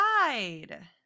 side